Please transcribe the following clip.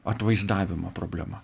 atvaizdavimo problema